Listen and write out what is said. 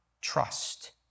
trust